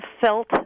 felt